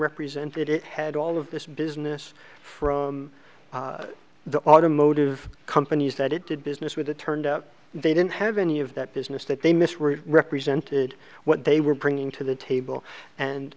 represented it had all of this business from the automotive companies that it did business with the turned up they didn't have any of that business that they missed were represented what they were bringing to the table and